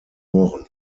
motoren